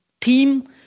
team